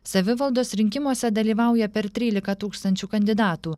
savivaldos rinkimuose dalyvauja per trylika tūkstančių kandidatų